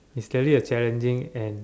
is really a challenging and